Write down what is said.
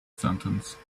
sentence